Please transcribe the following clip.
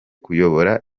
kuyobora